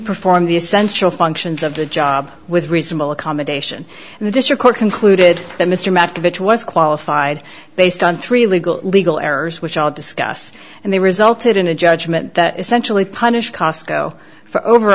perform the essential functions of the job with reasonable accommodation and the district court concluded that mr mack the bitch was qualified based on three legal legal errors which i'll discuss and they resulted in a judgment that essentially punish cosco